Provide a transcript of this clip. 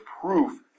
proof